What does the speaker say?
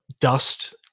Dust